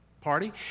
party